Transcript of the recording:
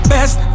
Best